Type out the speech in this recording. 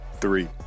Three